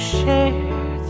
share